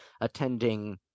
attending